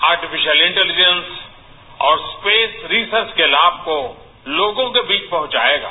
artificial intelligence और space research के लाभ को लोगो के बिज पहूँजायेगा